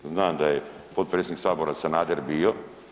Znam da je potpredsjednik Sabora Sanader bio.